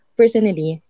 personally